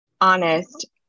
honest